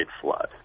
flood